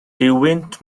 duwynt